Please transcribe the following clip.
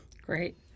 Great